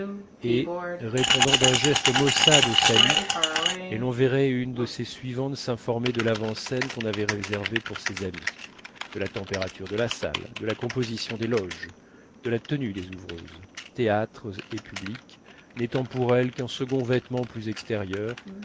et répondant d'un geste maussade aux saluts elle enverrait une de ses suivantes s'informer de l'avant-scène qu'on avait réservée pour ses amis de la température de la salle de la composition des loges de la tenue des ouvreuses théâtre et public n'étant pour elle qu'un second vêtement plus extérieur